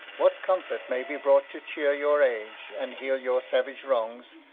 what comfort may be brought to chear your age, and heal your savage wrongs,